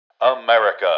America